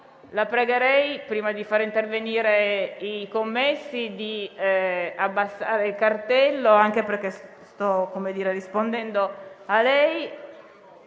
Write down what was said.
la pregherei, prima di far intervenire gli assistenti, di abbassare il cartello, anche perché sto rispondendo a lei.